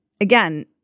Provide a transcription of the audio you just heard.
again